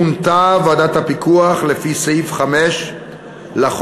מונתה ועדת הפיקוח לפי סעיף 5 לחוק,